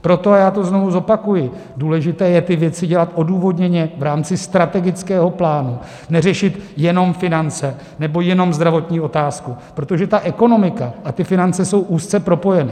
Proto, a já to znovu zopakuji, důležité je ty věci dělat odůvodněně v rámci strategického plánu, neřešit jenom finance nebo jenom zdravotní otázku, protože ekonomika a finance jsou úzce propojeny.